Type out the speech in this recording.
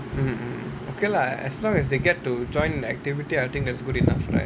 mm mm okay lah as long as they get to join the activity I think that's good enough right